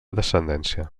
descendència